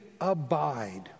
abide